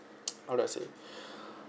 how do I say